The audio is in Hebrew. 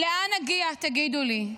לאן נגיע, תגידו לי?